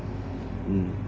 嗯